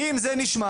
אם זה נשמר,